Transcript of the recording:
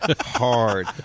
hard